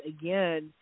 again